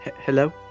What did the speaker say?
hello